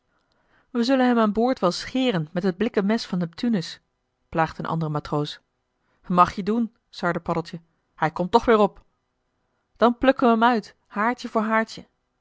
we zullen hem aan boord wel scheren met het blikken mes van neptunus plaagde een andere matroos mag je doen sarde paddeltje hij komt toch weer op dan plukken we m uit haartje voor haartje